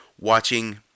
watching